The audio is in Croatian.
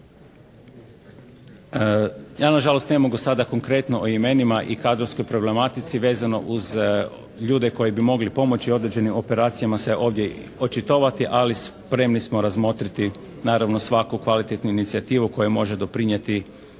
Ja na žalost ne mogu sada konkretno o imenima i kadrovskoj problematici vezano uz ljude koji bi mogli pomoći određenim operacijama se ovdje očitovati, ali spremni smo razmotriti naravno svaku kvalitetnu inicijativu koja može doprinijeti